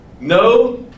No